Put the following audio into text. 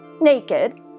naked